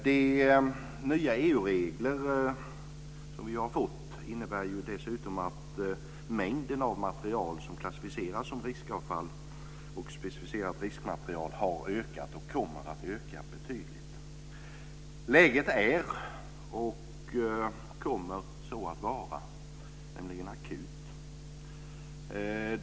De nya EU-regler som vi har fått innebär dessutom att mängden av material som klassificeras som riskavfall och specificerat riskmaterial har ökat och kommer att öka betydligt. Läget är akut och kommer så att förbli.